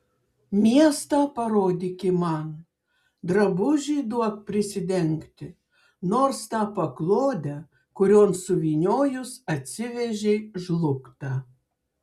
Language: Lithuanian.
miestą parodyki man drabužį duok prisidengti nors tą paklodę kurion suvyniojus atsivežei žlugtą